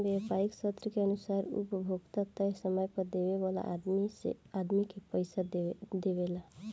व्यापारीक शर्त के अनुसार उ उपभोक्ता तय समय पर देवे वाला आदमी के पइसा देवेला